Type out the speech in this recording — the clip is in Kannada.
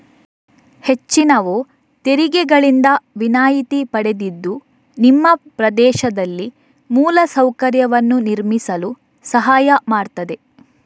ಹೆಚ್ಚಿನವು ತೆರಿಗೆಗಳಿಂದ ವಿನಾಯಿತಿ ಪಡೆದಿದ್ದು ನಿಮ್ಮ ಪ್ರದೇಶದಲ್ಲಿ ಮೂಲ ಸೌಕರ್ಯವನ್ನು ನಿರ್ಮಿಸಲು ಸಹಾಯ ಮಾಡ್ತದೆ